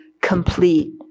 complete